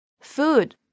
food